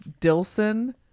Dilson